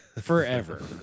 forever